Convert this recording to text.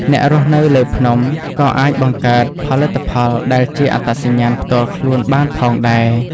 អ្នករស់នៅលើភ្នំ ក៏អាចបង្កើតផលិតផលដែលជាអត្តសញ្ញាណផ្ទាល់ខ្លួនបានផងដែរ។